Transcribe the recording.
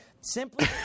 Simply